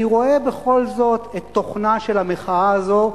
אני רואה בכל זאת את תוכנה של המחאה הזו,